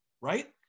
Right